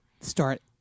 start